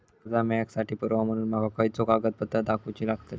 कर्जा मेळाक साठी पुरावो म्हणून माका खयचो कागदपत्र दाखवुची लागतली?